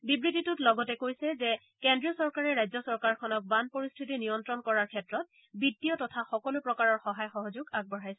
বিবৃতিখনত লগতে কৈছে যে কেন্দ্ৰীয় চৰকাৰে ৰাজ্য চৰকাৰখনক বান পৰিস্থিতি নিয়ন্ত্ৰণ কৰাৰ প্ৰয়াসত বিত্তীয় তথা সকলো প্ৰকাৰৰ সহায় আৰু সহযোগ আগবঢ়াইছে